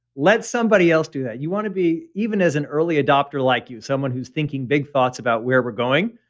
let somebody else do that. you want to be even as an early adopter like you, someone who's thinking big thoughts about where we're going,